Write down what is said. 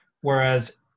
Whereas